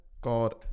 God